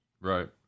Right